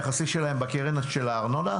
משוחררים מהחלק היחסי שלהם בקרן של הארנונה?